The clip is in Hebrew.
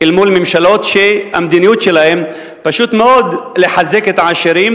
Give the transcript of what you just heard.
אל מול ממשלות שהמדיניות שלהן היא פשוט מאוד לחזק את העשירים